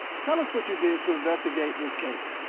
tell us what you did to investigate this case.